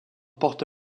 porte